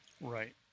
Right